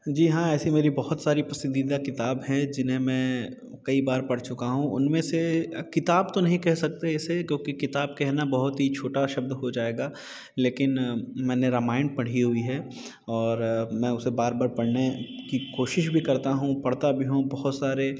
जी हाँ ऐसी मेरी बहुत सारी पसंदीदा किताबें हैं जिन्हे मैं कई बार पढ़ चुका हूँ उनमें से किताब तो नहीं कह सकते इसे क्योंकि किताब कहना बहुत ही छोटा शब्द हो जाएगा लेकिन मैंने रामायण पढ़ी हुई है और मैं उसे बार बार पढ़ने की कोशीश भी करता हूँ पढ़ता भी हूँ बहुत सारे